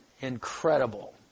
incredible